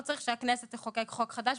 לא צריך שהכנסת תחוקק חוק חדש,